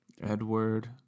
Edward